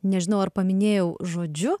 nežinau ar paminėjau žodžiu